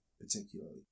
particularly